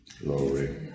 Glory